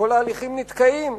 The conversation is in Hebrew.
כל ההליכים נתקעים,